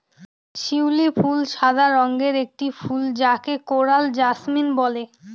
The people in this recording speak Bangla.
শিউলি ফুল সাদা রঙের একটি ফুল যাকে কোরাল জাসমিন বলে